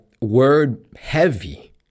word-heavy